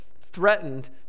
threatened